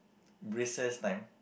recess time